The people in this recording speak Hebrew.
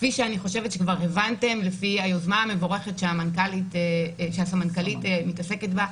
כפי שאני חושבת שכבר הבנתם לפי היוזמה המבורכת שהסמנכ"לית מתעסקת בה,